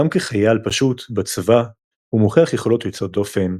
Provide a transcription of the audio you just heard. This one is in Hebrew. גם כחייל פשוט ב"צבא" הוא מוכיח יכולות יוצאות דופן,